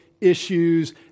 issues